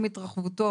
עם התרחבותו